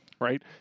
Right